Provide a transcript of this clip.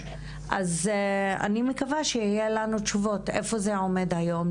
אני מקווה שנקבל תשובות היכן זה עומד היום,